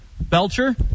Belcher